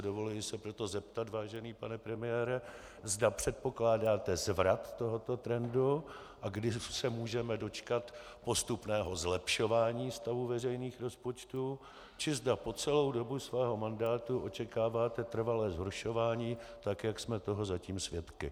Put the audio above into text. Dovoluji si proto se zeptat, vážený pane premiére, zda předpokládáte zvrat tohoto trendu a kdy se můžeme dočkat postupného zlepšování stavu veřejných rozpočtů, či zda po celou dobu svého mandátu očekáváte trvalé zhoršování, tak jak jsme toho zatím svědky.